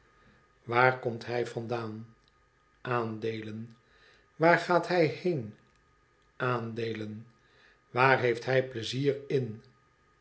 waar komt hij vandaan aandeelen waar gaat hij heen aandeelen waar heeft hij pleizier in